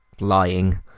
lying